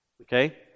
Okay